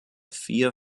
vier